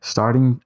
Starting